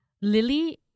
lily